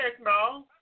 no